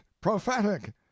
prophetic